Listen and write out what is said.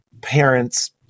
parents